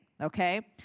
okay